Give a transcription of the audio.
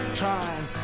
trying